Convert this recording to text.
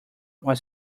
was